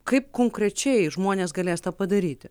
kaip konkrečiai žmonės galės tą padaryti